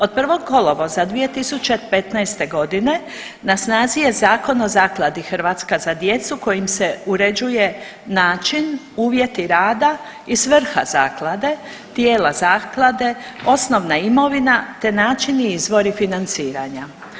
Od 1. kolovoza 2015.g. na snazi je Zakon o Zakladi „Hrvatska za djecu“ kojim se uređuje način, uvjeti rada i svrha zaklade, tijela zaklade, osnovna imovina te način i izvori financiranja.